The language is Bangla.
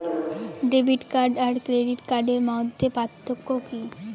ডেবিট কার্ড আর ক্রেডিট কার্ডের মধ্যে পার্থক্য কি?